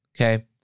okay